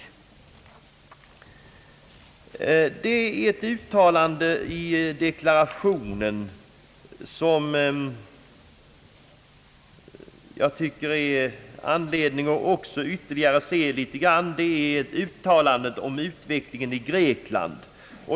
Det finns ett annat uttalande i deklarationen som det är anledning att också ytterligare se litet på. Det är uttalandet om utvecklingen i Grekland.